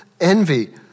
envy